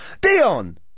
Dion